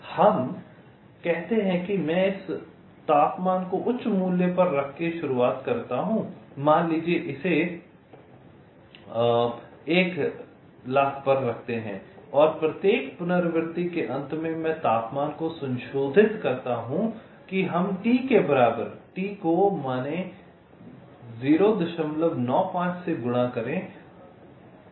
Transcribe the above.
हम कहते हैं कि मैं इस तापमान को उच्च मूल्य पर रख करके शुरू करता हूं मान लीजिये इसे 100000 पर रखते हैं और प्रत्येक पुनरावृत्ति के अंत में मैं तापमान को संशोधित करता हूं कि हम T के बराबर T को माने 095 से गुणा करें